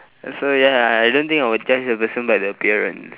so ya I don't think I will judge the person by the appearance